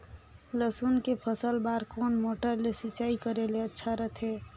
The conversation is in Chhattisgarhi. लसुन के फसल बार कोन मोटर ले सिंचाई करे ले अच्छा रथे?